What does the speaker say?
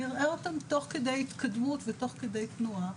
נראה אותם תוך כדי התקדמות, ותוך כדי תנועה.